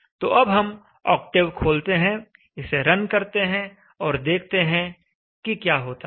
तो अब हम ऑक्टेव खोलते हैं इसे रन करते हैं और देखते हैं कि क्या होता है